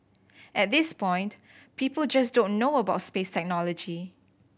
at this point people just don't know about space technology